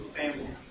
family